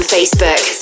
Facebook